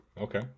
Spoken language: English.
Okay